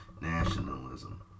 nationalism